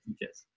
teachers